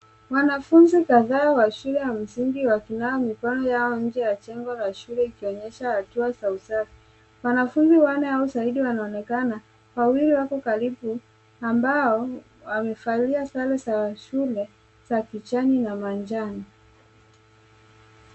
Wanafunzi kadhaa wa shule ya msingi wakinawa mikono yao nje ya jengo ya shule ikionyesha hatua za usafi. Wana wanafunzi wanne au zaidi wanaonekana, wawili wako karibu ambao wamevalia sare za shule za kijani na manjano.